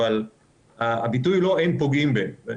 אבל הביטוי הוא לא "אין פוגעים ב-".